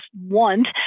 want